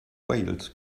wales